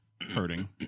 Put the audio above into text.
hurting